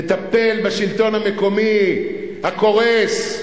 תטפל בשלטון המקומי הקורס.